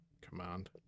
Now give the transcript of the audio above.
command